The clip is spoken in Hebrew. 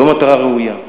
לא מטרה ראויה?